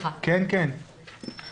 יש כמובן גם את התועלת הכלכלית,